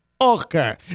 okay